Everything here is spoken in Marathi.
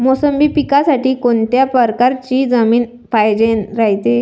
मोसंबी पिकासाठी कोनत्या परकारची जमीन पायजेन रायते?